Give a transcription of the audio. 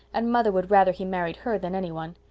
and mother would rather he married her than any one.